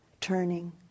turning